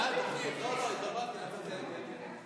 ההצעה להעביר לוועדה את הצעת חוק